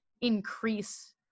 increase